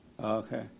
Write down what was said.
Okay